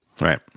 Right